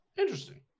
Interesting